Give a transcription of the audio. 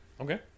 okay